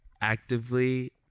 actively